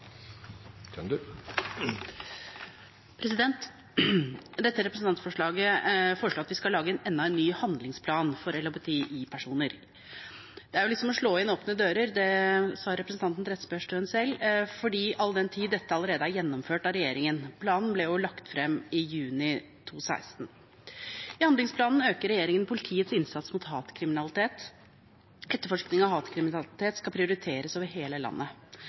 komplisert. Dette representantforslaget foreslår at vi skal lage enda en ny handlingsplan for LHBTI-personer. Det er litt som å slå inn åpne dører, og det sa representanten Trettebergstuen selv, all den tid dette allerede er gjennomført av regjeringen. Planen ble lagt frem i juni 2016. I handlingsplanen øker regjeringen politiets innsats mot hatkriminalitet. Etterforskning av hatkriminalitet skal prioriteres over hele landet,